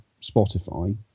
spotify